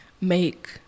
make